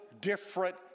different